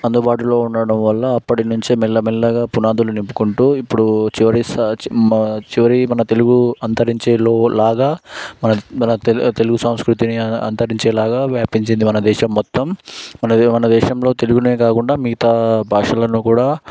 అందుబాటులో ఉండటం వల్ల అప్పటి నుంచే మెల్లమెల్లగా పునాదులు నింపుకుంటూ ఇప్పుడు చివరి స్థాయి చివరి మన తెలుగు అంతరించే లో లాగా మన తెలుగు సంస్కృతిని అంతరించే లాగా వ్యాపించింది మన దేశం మొత్తం మనదే మన దేశంలో తెలుగునే కాకుండా మిగతా భాషలను కూడా